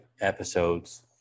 episodes